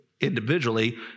individually